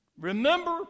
Remember